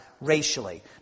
Racially